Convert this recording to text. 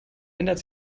ändert